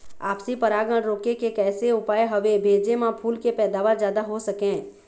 आपसी परागण रोके के कैसे उपाय हवे भेजे मा फूल के पैदावार जादा हों सके?